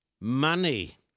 money